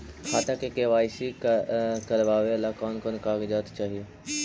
खाता के के.वाई.सी करावेला कौन कौन कागजात चाही?